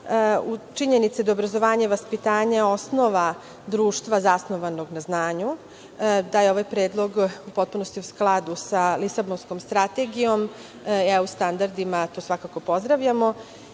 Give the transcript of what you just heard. u činjenici da je obrazovanje i vaspitanje osnova društva zasnovanog na znanju, da je ovaj predlog u potpunosti u skladu sa Lisabonskom strategijom, EU standardima, što svakako pozdravljamo.